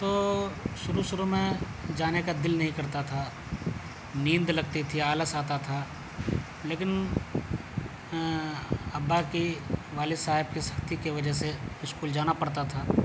تو شروع شروع میں جانے کا دل نہیں کرتا تھا نیند لگتی تھی آلس آتا تھا لیکن ابا کی والد صاحب کے سختی کی وجہ سے اسکول جانا پڑتا تھا